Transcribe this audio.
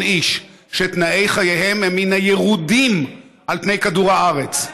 איש שתנאי חייהם הם מן הירודים על פני כדור הארץ,